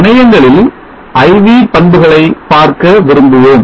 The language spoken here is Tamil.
முனையங்களில் I V பண்புகளை பார்க்க விரும்புவோம்